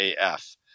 AF